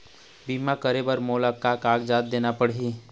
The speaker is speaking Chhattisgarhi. बीमा करे बर मोला का कागजात देना पड़ही?